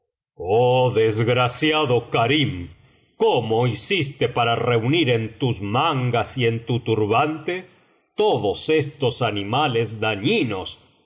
oh desgraciado karim cómo hiciste para reunir en tus mangas y en tu turbante todos estos animales dañinos